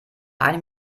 eine